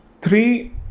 Three